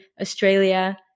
Australia